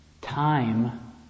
time